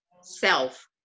self